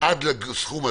עד לסכום הזה,